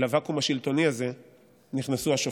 אל הוואקום השלטוני הזה נכנסו השופטים.